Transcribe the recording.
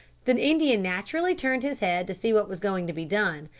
the indian naturally turned his head to see what was going to be done,